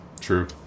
true